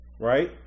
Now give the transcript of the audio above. right